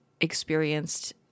experienced